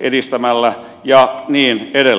edistämällä ja niin edelleen